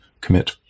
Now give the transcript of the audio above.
commit